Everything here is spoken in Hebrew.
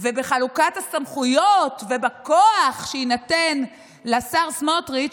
ובחלוקת הסמכויות ובכוח שיינתן לשר סמוטריץ',